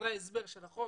בדברי ההסבר של החוק